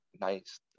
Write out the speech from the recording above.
nice